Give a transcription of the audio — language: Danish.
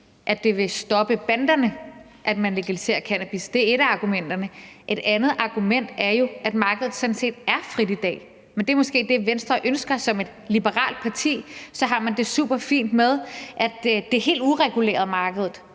at det vil stoppe banderne, at man legaliserer cannabis. Det er ét af argumenterne. Et andet argument er jo, at markedet sådan set er frit i dag. Men det er måske det, Venstre ønsker som et liberalt parti. Så har man det superfint med, at markedet er helt ureguleret,